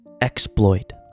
exploit